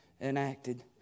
enacted